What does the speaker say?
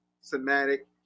somatic